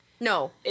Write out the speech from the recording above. No